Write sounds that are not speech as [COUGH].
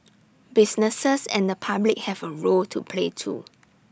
[NOISE] businesses and the public have A role to play too